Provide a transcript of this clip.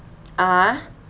(uh huh)